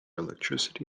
electricity